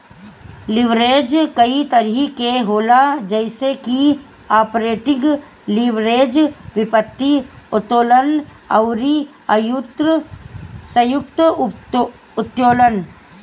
leverage कई तरही के होला जइसे की आपरेटिंग लीवरेज, वित्तीय उत्तोलन अउरी संयुक्त उत्तोलन